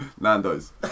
Nando's